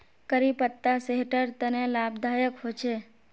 करी पत्ता सेहटर तने लाभदायक होचे